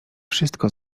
wszystko